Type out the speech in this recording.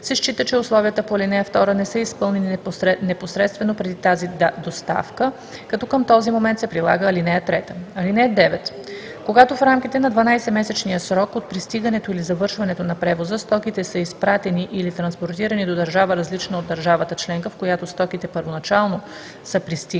се счита, че условията по ал. 2 не са изпълнени непосредствено преди тази доставка, като към този момент се прилага ал. 3. (9) Когато в рамките на 12-месечния срок от пристигането или завършването на превоза стоките са изпратени или транспортирани до държава, различна от държавата членка, в която стоките първоначално са пристигнали